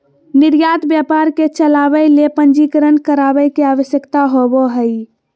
निर्यात व्यापार के चलावय ले पंजीकरण करावय के आवश्यकता होबो हइ